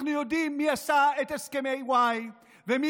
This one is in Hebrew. אנחנו יודעים מי עשה את הסכמי וואיי ומי